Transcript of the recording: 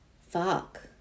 Fuck